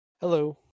hello